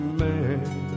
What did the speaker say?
man